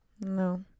No